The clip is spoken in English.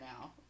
now